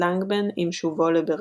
לנגבן עם שובו לברלין.